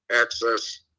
access